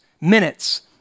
minutes